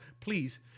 please